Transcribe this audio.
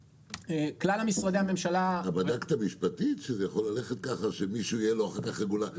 אתה בדקת משפטית שזה יכול ללכת ככה שלמישהו יהיה אחר כך רגולציה?